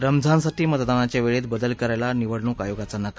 रमज्ञानसाठी मतदानाच्या वेळेत बदल करायला निवडणूक आयोगाचा नकार